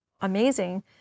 amazing